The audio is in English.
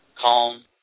calm